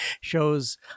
shows